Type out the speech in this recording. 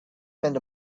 spend